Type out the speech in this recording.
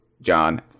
John